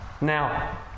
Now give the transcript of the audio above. Now